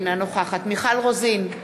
אינה נוכחת מיכל רוזין,